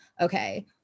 Okay